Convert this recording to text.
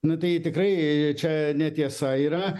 nu tai tikrai čia netiesa yra